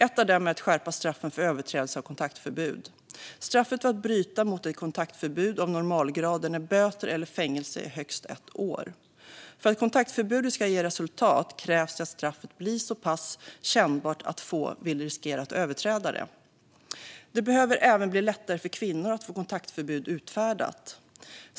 En av dem är att skärpa straffen för överträdelse av kontaktförbud. Straffet för att bryta mot ett kontaktförbud av normalgraden är böter eller fängelse i högst ett år. För att kontaktförbudet ska ge resultat krävs det att straffet blir så pass kännbart att få vill riskera att överträda det. Det behöver även bli lättare för kvinnor att få kontaktförbud utfärdat.